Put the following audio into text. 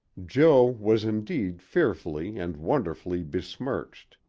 jo was indeed fearfully and wonderfully besmirched,